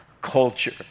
culture